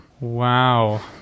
Wow